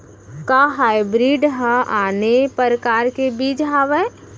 का हाइब्रिड हा आने परकार के बीज आवय?